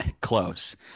Close